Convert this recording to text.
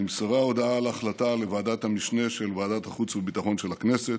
נמסרה הודעה על ההחלטה לוועדת המשנה של ועדת החוץ והביטחון של הכנסת.